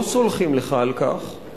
ככה לא קוראים ליושב-ראש הישיבה.